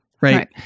Right